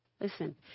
Listen